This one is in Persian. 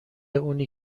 اونی